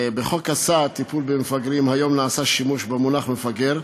בחוק הסעד (טיפול במפגרים) היום נעשה שימוש במונח מפגר.